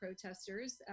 protesters